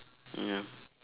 ya